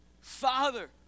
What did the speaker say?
Father